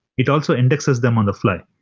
it also indexes them on the fly.